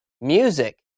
Music